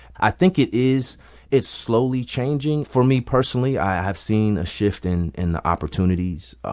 i think it is it's slowly changing. for me personally, i have seen a shift in in the opportunities. ah